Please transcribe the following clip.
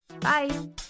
bye